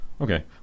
Okay